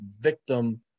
victim